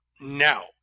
now